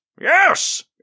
Yes